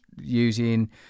using